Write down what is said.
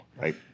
right